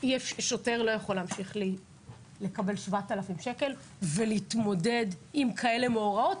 שוטר לא יכול להמשיך לקבל 7,000 ש"ח ולהתמודד עם כאלה מאורעות,